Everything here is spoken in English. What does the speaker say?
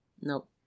Nope